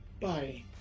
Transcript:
Bye